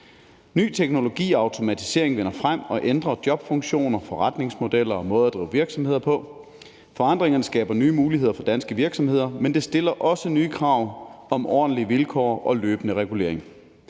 Ny teknologi og automatisering vinder frem og ændrer jobfunktioner, forretningsmodeller og måder at drive virksomheder på. Forandringerne skaber nye muligheder for danske virksomheder, men de stiller også nye krav om ordentlige vilkår og løbende regulering.